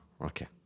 okay